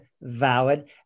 valid